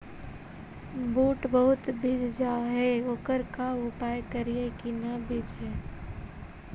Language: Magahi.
बुट बहुत बिजझ जा हे ओकर का उपाय करियै कि न बिजझे?